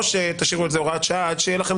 או שתשאירו את זה הוראת שעה עד שיהיה לכם